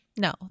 No